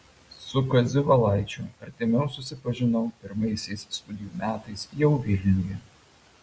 su kaziu valaičiu artimiau susipažinau pirmaisiais studijų metais jau vilniuje